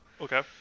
Okay